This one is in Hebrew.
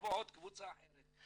יבואו עוד קבוצה אחרת.